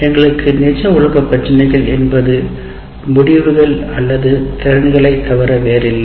எங்களுக்கு நிஜ உலக பிரச்சினைகள் என்பது முடிவுகள் அல்லது திறன்களைத் தவிர வேறில்லை